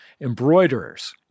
embroiderers